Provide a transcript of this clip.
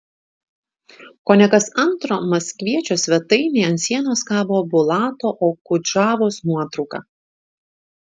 kone kas antro maskviečio svetainėje ant sienos kabo bulato okudžavos nuotrauka